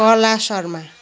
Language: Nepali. कला शर्मा